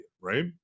right